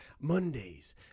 Mondays